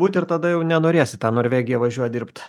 būt ir tada jau nenorės į tą norvegiją važiuot dirbt